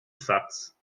satz